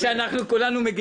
וכל הזמן דחו ודחו ודחו.